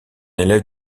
élève